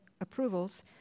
approvals